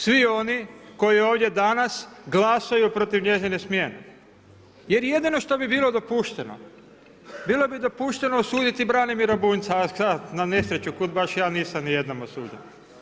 Svi oni koji ovdje danas glasaju protiv njezine smjene, jer jedino što bi bilo dopušteno, bilo bi dopušteno osuditi Branimira Bunjca, a sad na nesreću kud baš ja nisam ni jednom osuđen.